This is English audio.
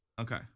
Okay